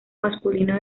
masculino